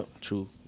True